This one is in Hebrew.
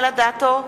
(קוראת בשמות חברי הכנסת) רחל אדטו,